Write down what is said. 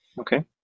Okay